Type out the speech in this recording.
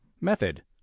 Method